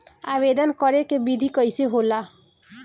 आवेदन करे के विधि कइसे होला?